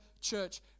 church